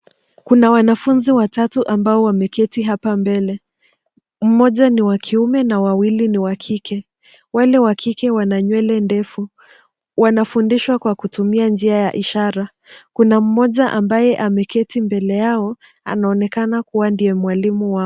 Kuna wanafunzi watatu ambao wameketi hapa mbele, mmoja ni wa kiume na wawili ni wa kike. Wale wa kike wana nywele ndefu. Wanafundishwa kwa kutumia njia ya ishara. Kuna mmoja ambaye ameketi mbele yao anaonekana kuwa ndiye mwalimu wao.